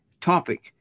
topic